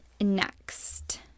next